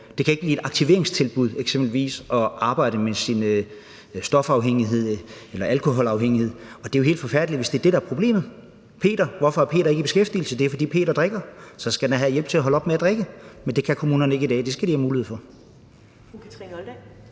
ikke kan blive et aktiveringstilbud at arbejde med sin stofafhængighed eller alkoholafhængighed – og det er jo helt forfærdeligt, hvis det er det, der er problemet. Hvorfor er Peter ikke i beskæftigelse? Det er, fordi Peter drikker. Så skal han da have hjælp til at holde op med at drikke. Det kan kommunerne ikke give i dag, men det skal de have mulighed for.